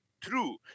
true